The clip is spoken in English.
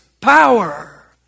power